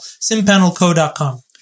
Simpanelco.com